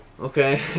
Okay